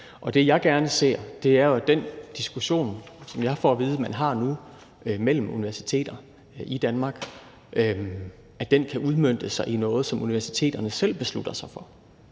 Og det, jeg gerne ser, er jo, at den diskussion, som jeg får at vide man har nu, mellem universiteter i Danmark, kan udmønte sig i noget, som universiteterne selv beslutter sig for.